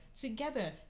together